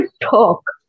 talk